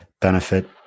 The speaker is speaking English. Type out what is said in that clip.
benefit